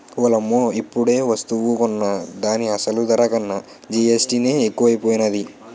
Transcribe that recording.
ఓలమ్మో ఇప్పుడేవస్తువు కొన్నా దాని అసలు ధర కన్నా జీఎస్టీ నే ఎక్కువైపోనాది